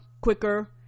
quicker